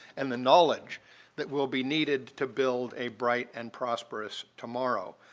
and the knowledge that will be needed to build a bright and prosperous tomorrow.